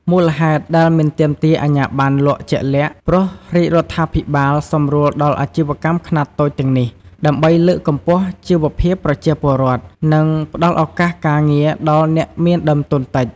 មូលហេតុដែលមិនទាមទារអាជ្ញាប័ណ្ណលក់ជាក់លាក់ ព្រោះរាជរដ្ឋាភិបាលសម្រួលដល់អាជីវកម្មខ្នាតតូចទាំងនេះ ដើម្បីលើកកម្ពស់ជីវភាពប្រជាពលរដ្ឋ និងផ្តល់ឱកាសការងារដល់អ្នកមានដើមទុនតិច។